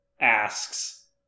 asks